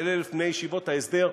של 1,000 בני ישיבות ההסדר,